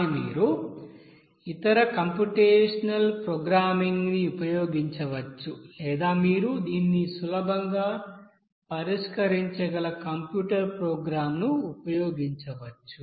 కానీ మీరు ఇతర కంప్యూటేషనల్ ప్రోగ్రామింగ్ని ఉపయోగించవచ్చు లేదా మీరు దీన్ని సులభంగా పరిష్కరించగలకంప్యూటర్ ప్రోగ్రామ్ను ఉపయోగించవచ్చు